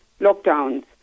lockdowns